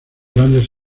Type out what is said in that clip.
grandes